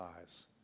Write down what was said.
eyes